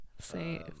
Say